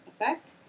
effect